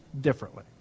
differently